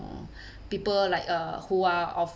uh people like uh who are of